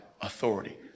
authority